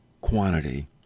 quantity